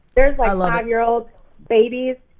there's like five year old babies,